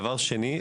דבר שני,